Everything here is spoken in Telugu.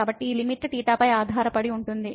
కాబట్టి ఈ లిమిట్ θ పై ఆధారపడి ఉంటుంది